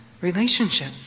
relationship